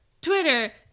Twitter